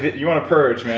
you wanna purge, man,